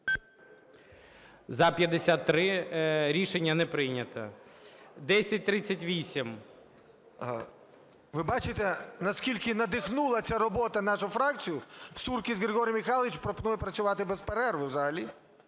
За-53 Рішення не прийнято. 1038. 13:57:13 ШУФРИЧ Н.І. Ви бачите, наскільки надихнула ця робота нашу фракцію, Суркіс Григорій Михайлович пропонує працювати без перерви взагалі.